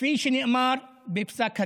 כפי שנאמר בפסק הדין.